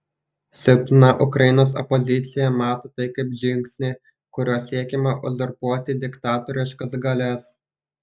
silpna ukrainos opozicija mato tai kaip žingsnį kuriuo siekiama uzurpuoti diktatoriškas galias